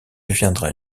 deviendra